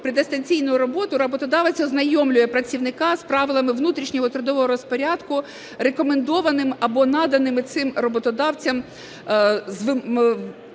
про дистанційну роботу роботодавець ознайомлює працівника з правилами внутрішнього трудового розпорядку рекомендованими або наданими цим роботодавцем